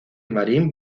marín